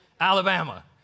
Alabama